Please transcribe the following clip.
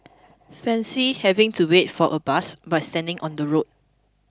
Fancy having to wait for a bus by standing on the road